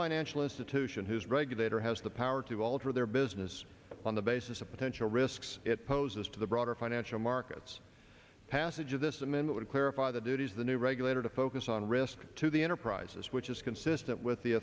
financial institution whose regulator has the power to alter their business on the basis of potential risks it poses to the broader financial markets passage of this amend it would clarify the duties the new regulator to focus on risk to the enterprises which is consistent with the